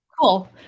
cool